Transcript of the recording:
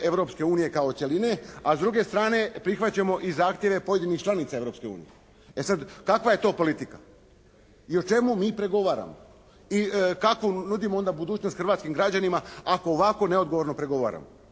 Europske unije kao cjeline, a s druge strane prihvaćamo i zahtjeve pojedinih članica Europske unije. E sad, kakva je to politika? I o čemu mi pregovaramo? I kakvu nudimo onda budućnost hrvatskim građanima ako ovako neodgovorno pregovaramo?